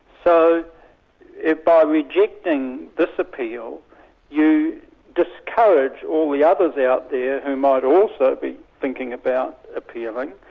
so if by rejecting this appeal you discourage all the others out there who might also be thinking about appealing,